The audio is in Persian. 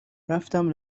رفتم